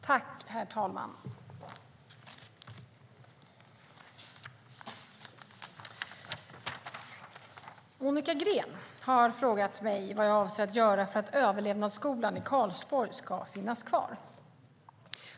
Herr talman! Monica Green har frågat mig vad jag avser att göra för att överlevnadsskolan i Karlsborg ska finnas kvar.